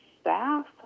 staff